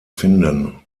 finden